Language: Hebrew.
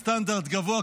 סטנדרט גבוה,